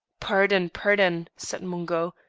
paurdon! paurdon! said mungo,